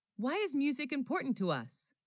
why, is music important to us